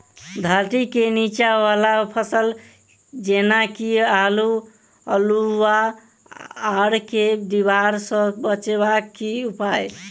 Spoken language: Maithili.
धरती केँ नीचा वला फसल जेना की आलु, अल्हुआ आर केँ दीवार सऽ बचेबाक की उपाय?